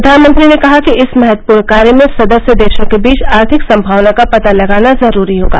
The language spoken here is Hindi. प्रधानमंत्री ने कहा कि इस महत्वपूर्ण कार्य में सदस्य देशों के बीच आर्थिक संभावनाओं का पता लगाना जरूरी होगा